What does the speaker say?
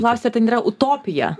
klausti tai nėra utopija